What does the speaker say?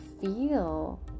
feel